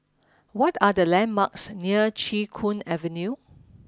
what are the landmarks near Chee Hoon Avenue